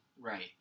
Right